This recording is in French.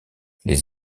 les